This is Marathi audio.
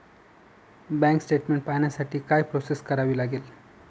बँक स्टेटमेन्ट पाहण्यासाठी काय प्रोसेस करावी लागेल?